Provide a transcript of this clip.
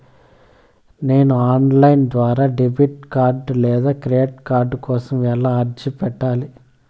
నేను online ద్వారా debit card లేదా క్రెడిట్ కార్డు కోసం ఎలా అర్జీ పెట్టాలి?